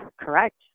Correct